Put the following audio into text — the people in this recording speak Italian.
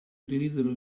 utilizzano